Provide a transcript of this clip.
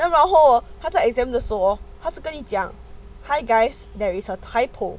then 然后他在 exam 的时候 hor 他只跟你讲 hi guys there is a typo